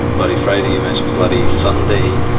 bloody friday, you mentioned bloody sunday,